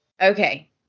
Okay